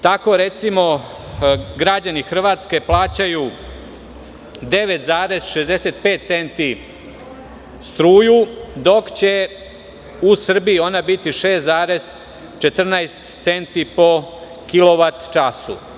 Tako, recimo, građani Hrvatske plaćaju 9,65 centi struju, dok će u Srbiji ona biti 6,14 centi po kilovat-času.